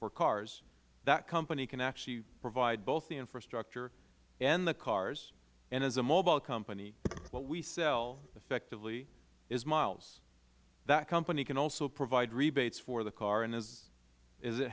for cars that company can actually provide both the infrastructure and the cars and as a mobile company what we sell effectively is miles that company can also provide rebates for the car and as i